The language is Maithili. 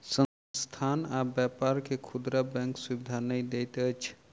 संस्थान आ व्यापार के खुदरा बैंक सुविधा नै दैत अछि